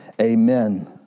Amen